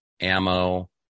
ammo